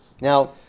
Now